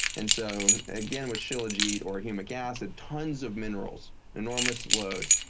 and so again, with shilajit or humic acid, tons of minerals, enormous load.